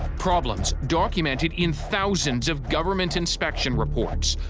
problems documented in thousands of government inspection reports.